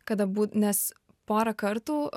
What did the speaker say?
kad abu nes porą kartų